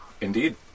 Indeed